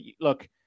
look